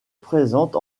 présente